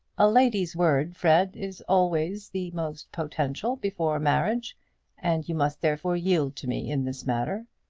a lady's word, fred, is always the most potential before marriage and you must therefore yield to me in this matter.